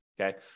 okay